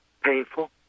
painful